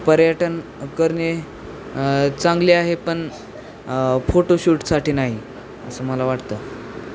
पर्यटन करणे चांगले आहे पण फोटोशूटसाठी नाही असं मला वाटतं